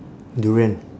durian